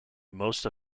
most